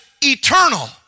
eternal